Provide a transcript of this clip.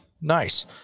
Nice